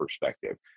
perspective